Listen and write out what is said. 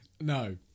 No